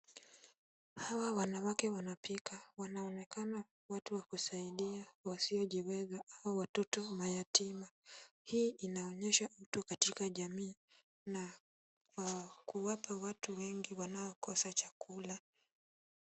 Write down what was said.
Hawa wanawake wanapika. Wanaonekana watu wakusaidia wasiojiweza au watoto mayatima. Hii inaonyesha utu katika jamii na kuwapa watu wengi wanaokosa chakula.